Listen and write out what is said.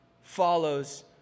follows